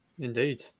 Indeed